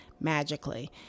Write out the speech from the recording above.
magically